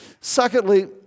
Secondly